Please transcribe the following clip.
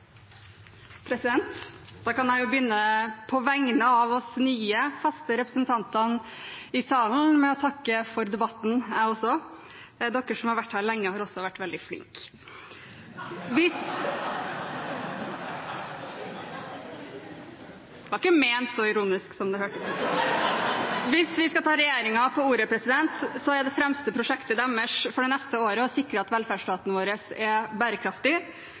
kan jo på vegne av oss nye, faste representanter i salen begynne med å takke for debatten, jeg også. De som har vært her lenge, har også vært veldig flinke. – Det var ikke ment så ironisk som det hørtes ut. Hvis vi skal ta regjeringen på ordet, er det fremste prosjektet deres for det neste året å sikre at velferdsstaten vår er bærekraftig